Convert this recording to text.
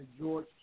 George